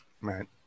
Right